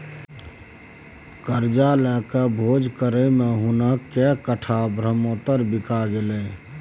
करजा लकए भोज करय मे हुनक कैकटा ब्रहमोत्तर बिका गेलै